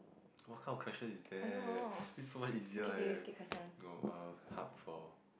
what kind of question is that this one easier eh oh err hub for